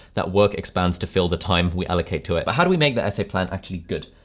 that work expands to fill the time we allocate to it. but how do we make the essay plan actually good.